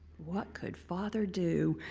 what could father do,